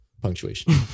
punctuation